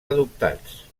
adoptats